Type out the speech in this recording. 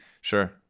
Sure